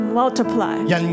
multiply